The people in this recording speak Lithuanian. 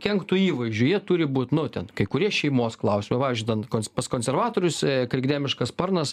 kenktų įvaizdžiui jie turi būt nu ten kai kurie šeimos klausimai pavyzdžiui ten pas konservatorius krikdemiškas sparnas